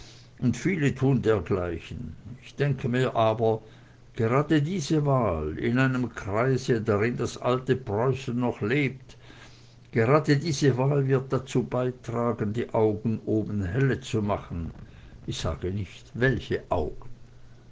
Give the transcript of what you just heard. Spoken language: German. und viele tun desgleichen ich denke mir aber gerade diese wahl in einem kreise drin das alte preußen noch lebt gerade diese wahl wird dazu beitragen die augen oben helle zu machen ich sage nicht welche augen